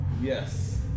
yes